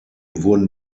wurden